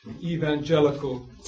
evangelical